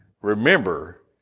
remember